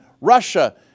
Russia